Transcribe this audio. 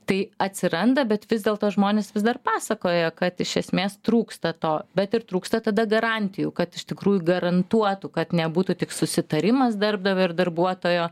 tai atsiranda bet vis dėlto žmonės vis dar pasakoja kad iš esmės trūksta to bet ir trūksta tada garantijų kad iš tikrųjų garantuotų kad nebūtų tik susitarimas darbdavio ir darbuotojo